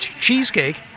cheesecake